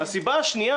הסיבה השנייה,